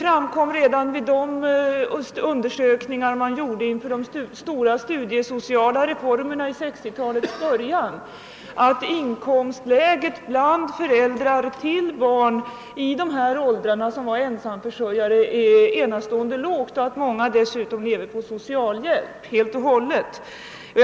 Redan vid de undersökningar som gjordes inför de stora studiesociala reformerna :' vid 1960-talets början visade det sig att inkomstläget för ensamförsörjare .med barn i dessa åldrar var oerhört lågt och att många dessutom: helt och hållet levde på socialhjälp.